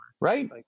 right